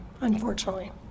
unfortunately